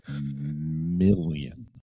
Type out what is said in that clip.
million